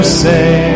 say